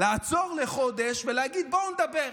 לעצור לחודש ולהגיד: בואו נדבר.